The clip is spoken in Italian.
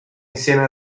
insieme